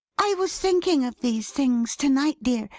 i was thinking of these things to-night, dear,